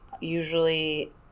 usually